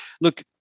look